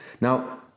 now